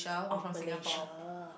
oh malaysia